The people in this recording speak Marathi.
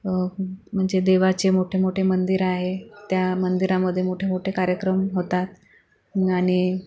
म्हणजे देवाचे मोठेमोठे मंदिर आहे त्या मंदिरामध्ये मोठेमोठे कार्यक्रम होतात आणि